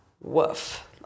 woof